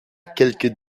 quelque